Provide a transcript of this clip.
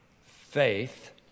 faith